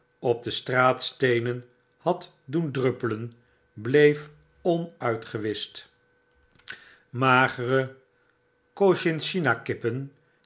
op de straatsteenen had doen druppelen bleef onuitgewischt magere